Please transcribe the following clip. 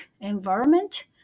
environment